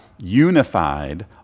unified